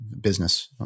business